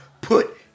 put